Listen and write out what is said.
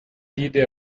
vide